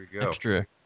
extra